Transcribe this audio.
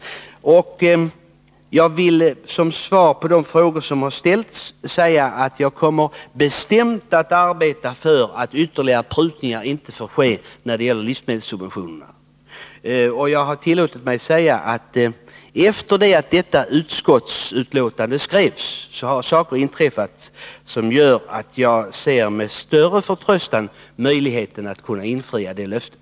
Jag vill som svar på de frågor som har ställts säga att jag bestämt kommer att arbeta för att ytterligare prutningar på livsmedelssubventionerna inte får ske. Efter det att utskottsbetänkandet skrevs har saker inträffat som gör att jag med större förtröstan ser på möjligheten att infria det löftet.